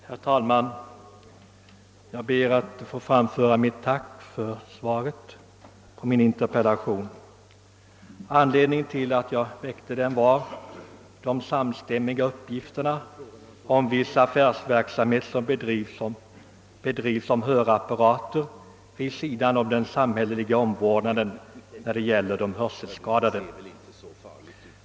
Herr talman! Jag ber att få framföra mitt tack för svaret på min interpellation. Anledningen till att jag ställde den var de samstämmiga uppgifterna om att viss affärsverksamhet bedrivs med hörapparater vid sidan om den samhälleliga omvårdnaden när det gäller hörselskadade.